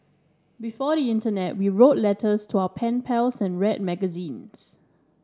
before the internet we wrote letters to our pen pals and read magazines